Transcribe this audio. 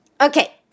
Okay